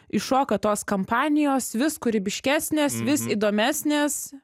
iššoka tos kampanijos vis kūrybiškesnės vis įdomesnės